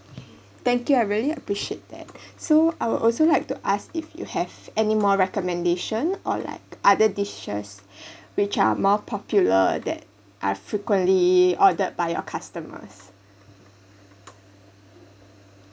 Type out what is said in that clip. thank you I really appreciate that so I would also like to ask if you have any more recommendation or like other dishes which are more popular that are frequently ordered by your customers